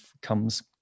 comes